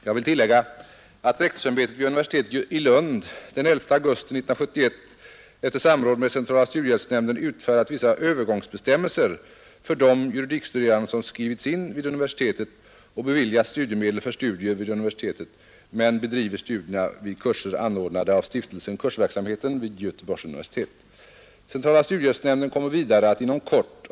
Jag vill tillägga att rektorsämbetet vid universitetet i Lund den 11 augusti 1971 efter samräd med centrala studiehjälpsnämnden utfärdat vissa Övergängsbestämmelser för de juridikstuderande som skrivits in vid universitetet och beviljats studiemedel för studier vid universitetet men bedriver studierna vid kurser anordnade av Stiftelsen Kursverksamheten vid Göreborss umversitet. Centrala studiehjälpsnämnden kommer vidare ati inom kor!